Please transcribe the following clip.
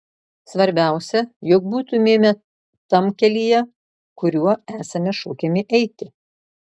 svarbiausia jog būtumėme tam kelyje kuriuo esame šaukiami eiti